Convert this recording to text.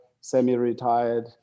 semi-retired